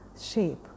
shape